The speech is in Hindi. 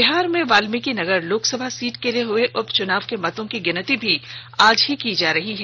बिहार में वाल्मिकी नगर लोकसभा सीट के लिए हुए उपचुनाव के मतों की गिनती भी आज ही की जा रही है